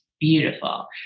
Beautiful